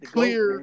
Clear